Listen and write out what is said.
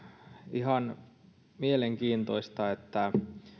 ihan mielenkiintoista että